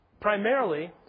Primarily